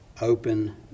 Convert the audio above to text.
open